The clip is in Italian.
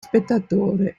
spettatore